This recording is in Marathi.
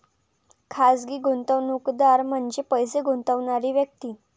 खाजगी गुंतवणूकदार म्हणजे पैसे गुंतवणारी व्यक्ती